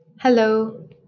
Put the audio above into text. Hello